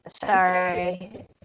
sorry